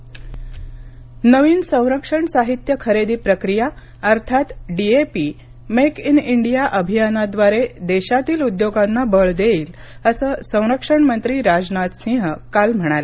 राजनाथ सिंह नवीन संरक्षण साहित्य खरेदी प्रक्रिया अर्थात डीएपी मेक इन इंडिया अभियानाद्वारे देशातील उद्योगांना बळ देईल असं संरक्षण मंत्री राजनाथ सिंह काल म्हणाले